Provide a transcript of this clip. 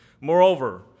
Moreover